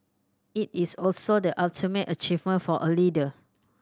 it is also the ultimate achievement for a leader